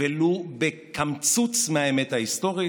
ולו בקמצוץ מהאמת ההיסטורית.